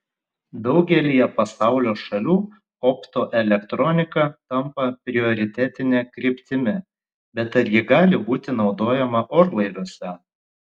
daugelyje pasaulio šalių optoelektronika tampa prioritetine kryptimi bet ar ji gali būti naudojama orlaiviuose